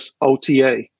OTA